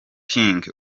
king